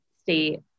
state